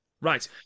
Right